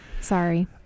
sorry